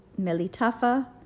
Melitafa